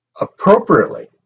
appropriately